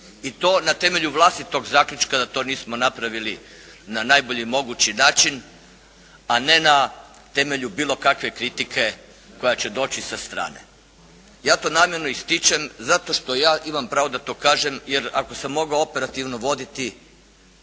I to na temelju vlastitog zaključka da to nismo napravili na najbolji mogući način, a ne na temelju bilo kakve kritike koja će doći sa strane. Ja to namjerno ističem zato što ja imam pravo da to kažem jer ako sam mogao operativno voditi